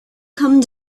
come